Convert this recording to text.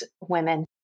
women